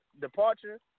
departure